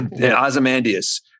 Ozymandias